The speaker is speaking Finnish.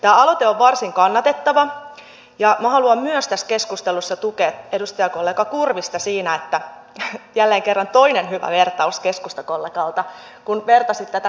tämä aloite on varsin kannatettava ja minä haluan tässä keskustelussa myös tukea edustajakollega kurvista siinä jälleen kerran toinen hyvä vertaus keskustakollegalta kun vertasit tätä kansalaisaloitenäkökulmaan